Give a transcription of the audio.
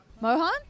mohan